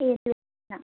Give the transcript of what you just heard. ꯑꯦ Z ꯅ